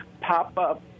pop-up